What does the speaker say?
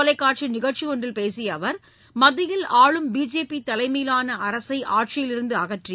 தொலைக்காட்சி நிகழ்ச்சி ஒன்றில் பேசிய அவர் மத்தியில் ஆளும் பிஜேபி தலைமையிலான அரசை ஆட்சியிலிருந்து அகற்றி